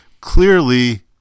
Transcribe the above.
clearly